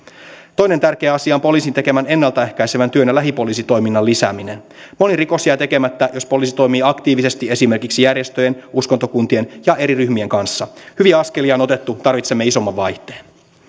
toinen tärkeä asia on poliisin tekemän ennalta ehkäisevän työn ja lähipoliisitoiminnan lisääminen moni rikos jää tekemättä jos poliisi toimii aktiivisesti esimerkiksi järjestöjen uskontokuntien ja eri ryhmien kanssa hyviä askelia on jo otettu tarvitsemme isomman vaihteen